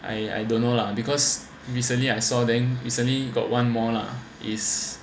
I I don't know lah because recently I saw then recently got one more lah is